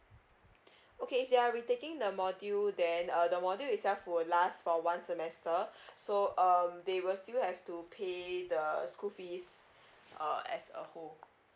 okay if they're retaking the module then uh the modules itself will last for one semester so um they will still have to pay the school fees uh as a whole